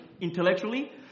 intellectually